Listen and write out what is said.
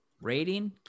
rating